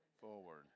forward